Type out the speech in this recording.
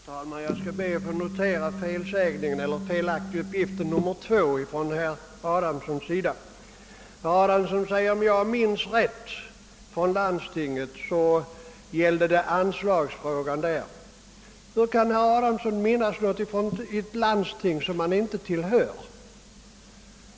Herr talman! Jag skall be att få notera den felaktiga uppgiften nr 2 från herr Adamssons sida. Han sade att om han minns rätt från landstinget gällde det anslagsfrågan. Men hur kan herr Adamsson minnas någonting från ett landsting som han inte tillhör?